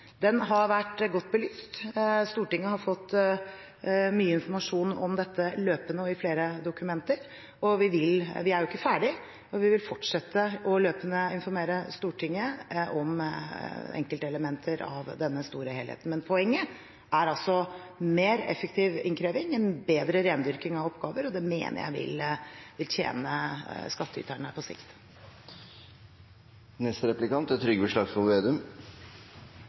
Den har vært godt belyst. Stortinget har fått mye informasjon om dette løpende og i flere dokumenter. Vi er jo ikke ferdige, vi vil fortsette å informere Stortinget løpende om enkeltelementer av denne store helheten. Men poenget er altså: en mer effektiv innkreving, en bedre rendyrking av oppgaver. Og det mener jeg vil tjene skattyterne på sikt.